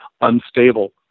unstable